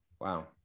Wow